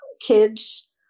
kids